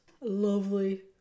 Lovely